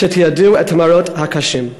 שתיעדו שאת המראות הקשים.